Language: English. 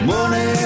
Money